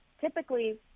typically